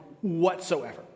whatsoever